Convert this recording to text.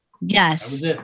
yes